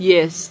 Yes